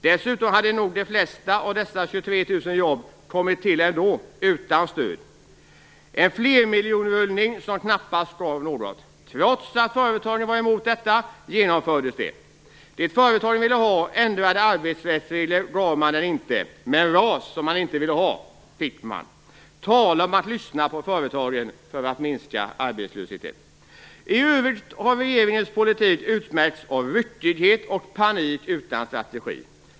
Dessutom hade nog de flesta av dessa 23 000 jobb kommit till ändå utan stöd. Det var en flermiljonrullning som knappast gav något. Trots att företagen var emot detta genomfördes det. Det företagen ville ha, ändrade arbetsrättsregler, gav man dem inte. Men RAS, som de inte ville ha, fick de. Tala om att lyssna på företagen för att minska arbetslösheten! I övrigt har regeringens politik utmärkts av ryckighet och panik utan strategi.